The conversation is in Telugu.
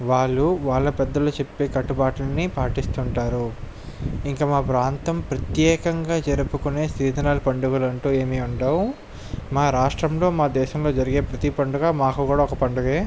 వాళ్ళు వాళ్ళ పెద్దలు చెప్పే కట్టుబాట్లని పాటిస్తుంటారు ఇక మా ప్రాంతం ప్రత్యేకంగా జరుపుకునే సీజనల్ పండగలు అంటు ఏమి ఉండవు మా రాష్ట్రంలో మా దేశంలో జరిగే ప్రతి పండుగ మాకు కూడ ఒక పండుగ